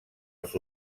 els